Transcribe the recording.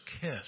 kiss